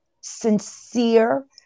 sincere